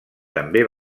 també